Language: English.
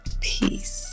peace